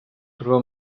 trobar